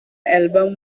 album